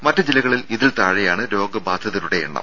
മറ്റ് ജില്ലകളിൽ ഇതിൽ താഴെയാണ് രോഗബാധിതരുടെ എണ്ണം